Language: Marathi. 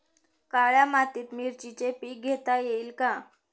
काळ्या मातीत मिरचीचे पीक घेता येईल का?